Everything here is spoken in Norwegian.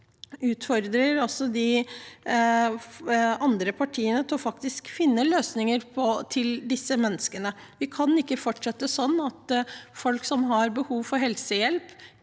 Jeg utfordrer de andre partiene til faktisk å finne løsninger for disse menneskene. Vi kan ikke fortsette sånn at folk som har behov for helsehjelp,